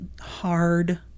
hard